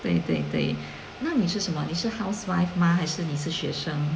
对对对那你是什么你是 housewife 吗还是你是学生